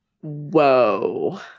Whoa